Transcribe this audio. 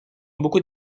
beaucoup